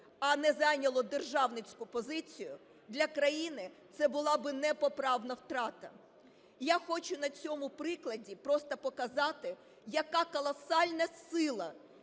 а не зайняла державницьку позицію, для країни це була би непоправна втрата. Я хочу на цьому прикладі просто показати, яка колосальна сила